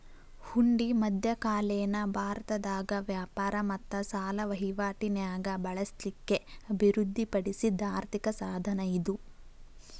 ಹುಂಡಿ ಮಧ್ಯಕಾಲೇನ ಭಾರತದಾಗ ವ್ಯಾಪಾರ ಮತ್ತ ಸಾಲ ವಹಿವಾಟಿ ನ್ಯಾಗ ಬಳಸ್ಲಿಕ್ಕೆ ಅಭಿವೃದ್ಧಿ ಪಡಿಸಿದ್ ಆರ್ಥಿಕ ಸಾಧನ ಇದು